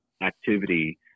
activity